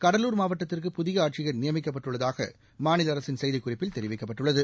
கடலூர் மாவட்டத்திற்கு புதிய ஆட்சியர் நியமிக்கப்பட்டுள்ளதாக மாநில அரசின் செய்திக்குறிப்பில் தெரிவிக்கப்பட்டுள்ளது